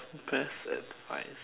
best advice